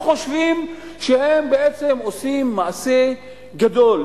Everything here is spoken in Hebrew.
הם חושבים שבעצם הם עושים מעשה גדול,